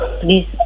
Please